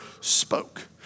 spoke